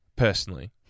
Personally